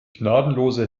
gnadenlose